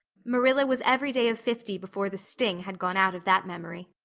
marilla was every day of fifty before the sting had gone out of that memory.